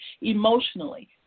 emotionally